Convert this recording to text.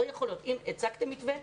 הצגתם מתווה,